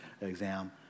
exam